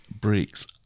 breaks